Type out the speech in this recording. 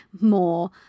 more